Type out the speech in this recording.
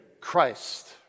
Christ